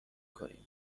کنیم